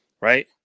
Right